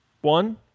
one